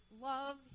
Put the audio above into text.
love